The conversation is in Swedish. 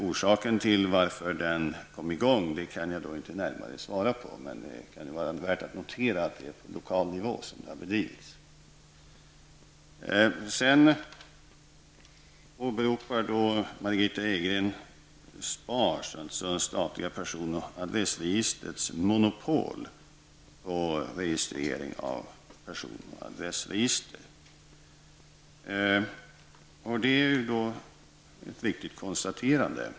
Orsaken till att den kom i gång kan jag inte närmare redogöra för, men det kan vara värt att notera att det är på lokal nivå som den har bedrivits. Sedan åberopar Margitta Edgren SPARSs, statliga person och adressregistret, monopol på registrering av personer och adresser. Det är ett riktigt konstaterande.